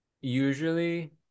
usually